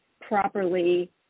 properly